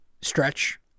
stretch